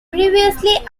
previously